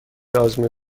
آزمون